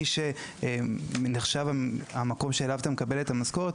מי שנחשב המקום אליו אתה מקבל את המשכורת,